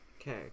okay